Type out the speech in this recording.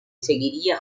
seguiría